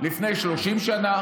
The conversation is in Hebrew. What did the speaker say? לפני 30 שנים,